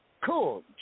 Cool